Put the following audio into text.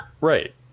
Right